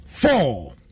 Four